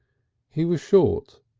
he was short,